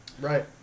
Right